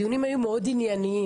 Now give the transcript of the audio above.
הדיונים היו מאוד ענייניים.